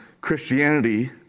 Christianity